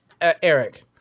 Eric